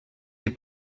des